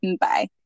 Bye